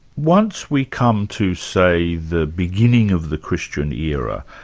once we come to, say, the beginning of the christian era,